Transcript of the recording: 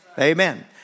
Amen